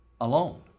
alone